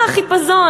מה החיפזון?